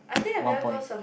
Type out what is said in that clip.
one point